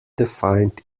defined